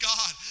God